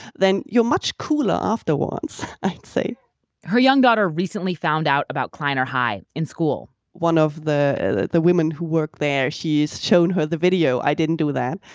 then you're much cooler afterwards, i'd say her young daughter recently found out about kleiner hai in school one of the the women who work there, she's shown her the video. i didn't do that.